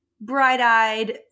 bright-eyed